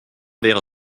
wäre